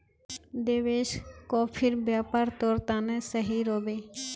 देवेश, कॉफीर व्यापार तोर तने सही रह बे